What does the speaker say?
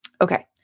Okay